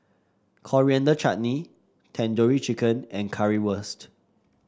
Coriander Chutney Tandoori Chicken and Currywurst